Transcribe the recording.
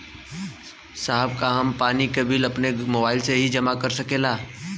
साहब का हम पानी के बिल अपने मोबाइल से ही जमा कर सकेला?